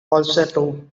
falsetto